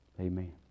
amen